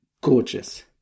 gorgeous